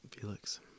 Felix